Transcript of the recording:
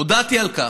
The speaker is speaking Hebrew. הודעתי על כך.